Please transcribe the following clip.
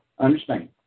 Understand